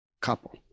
couple